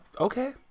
Okay